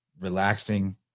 relaxing